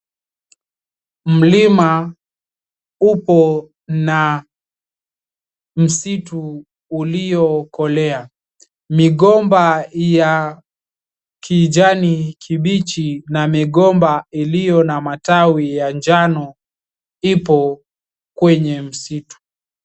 Mlima upo na msitu uliokolea. mgomba ya kijani kibichi na migomba iliyo na matawi ya njano ipo kwenye msitu.